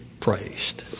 praised